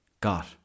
got